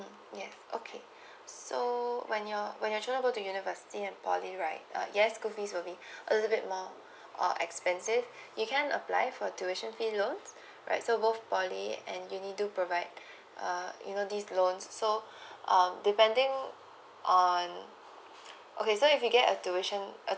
mm ya okay so when your when your children go to university and poly right uh yes school fees could be a bit more uh expensive you can apply for tuition fees loan right so both poly and uni do provide uh you know this loan so um depending on okay so if you get a tuition